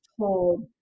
told